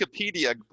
wikipedia